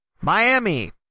Miami